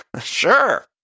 sure